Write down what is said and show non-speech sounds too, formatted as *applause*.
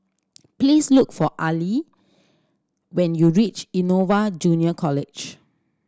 *noise* please look for Allie when you reach Innova Junior College